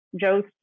Joe's